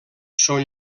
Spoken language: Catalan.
són